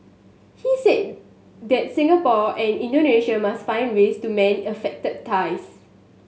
he said that Singapore and Indonesia must find ways to mend affected ties